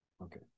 Okay